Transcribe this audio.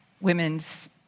women's